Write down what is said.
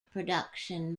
production